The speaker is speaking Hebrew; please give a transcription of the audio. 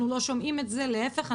אנחנו לא שומעים על זה להפך,